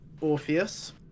orpheus